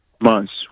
months